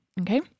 Okay